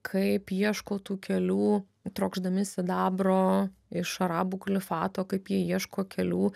kaip ieško tų kelių trokšdami sidabro iš arabų kalifato kaip jie ieško kelių